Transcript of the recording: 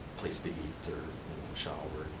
place to eat or shower,